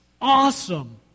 Awesome